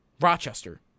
Rochester